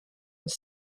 with